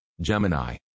Gemini